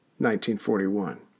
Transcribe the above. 1941